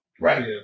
right